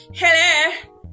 hello